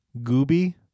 Gooby